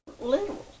Literal